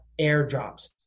airdrops